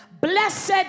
Blessed